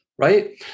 right